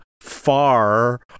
far